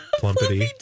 Plumpity